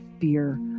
fear